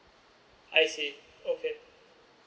I see okay